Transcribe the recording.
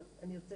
אני יוצאת